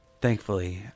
Thankfully